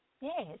Yes